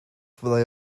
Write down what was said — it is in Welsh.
fyddai